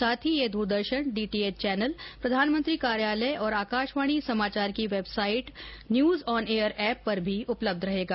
साथ ही ये दूरदर्शन डीटीएच चैनल प्रधानमंत्री कार्यालय और आकाशवाणी समाचार की वेबसाइट और न्यूज़ ऑन एयर एप पर भी उपलब्ध रहेगा